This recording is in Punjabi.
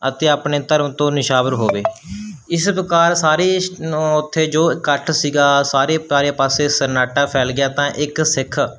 ਅਤੇ ਆਪਣੇ ਧਰਮ ਤੋਂ ਨਿਛਾਵਰ ਹੋਵੇ ਇਸ ਪ੍ਰਕਾਰ ਸਾਰੇ ਓਥੇ ਜੋ ਇਕੱਠ ਸੀਗਾ ਸਾਰੇ ਚਾਰੇ ਪਾਸੇ ਸੰਨਾਟਾ ਫੈਲ ਗਿਆ ਤਾਂ ਇੱਕ ਸਿੱਖ